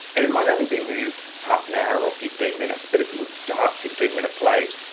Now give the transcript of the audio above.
and it might only be moved half an hour or fifteen minutes, but if it would start fifteen minutes late,